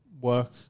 work